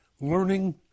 learning